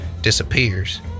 disappears